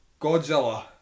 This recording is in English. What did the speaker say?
Godzilla